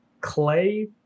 Clay